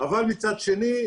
אבל מצד שני,